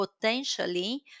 potentially